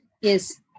Yes